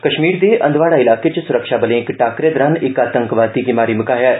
कष्मीर दे हंदवाड़ा इलाके च सुरक्षाबले इक टाकरे दरान इक आतंकवादी गी मारी मकाया ऐ